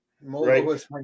right